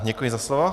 Děkuji za slovo.